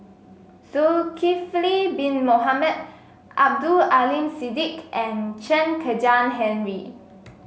Zulkifli Bin Mohamed Abdul Aleem Siddique and Chen Kezhan Henri